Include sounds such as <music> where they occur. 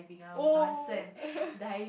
oh <laughs>